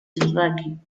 society